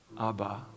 Abba